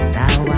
now